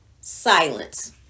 silence